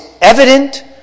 evident